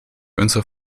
unsere